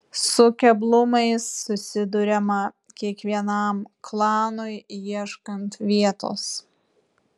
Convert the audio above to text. su keblumais susiduriama kiekvienam klanui ieškant vietos